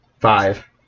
five